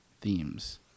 themes